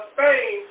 Spain